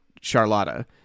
Charlotta